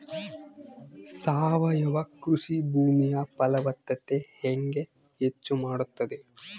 ಸಾವಯವ ಕೃಷಿ ಭೂಮಿಯ ಫಲವತ್ತತೆ ಹೆಂಗೆ ಹೆಚ್ಚು ಮಾಡುತ್ತದೆ?